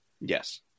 Yes